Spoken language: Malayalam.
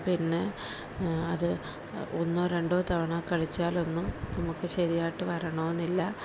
പിന്നെ അത് ഒന്നോ രണ്ടോ തവണ കളിച്ചാലൊന്നും നമുക്കു ശരിയായിട്ടു വരണമെന്നില്ല